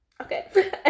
okay